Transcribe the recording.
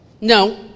No